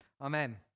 Amen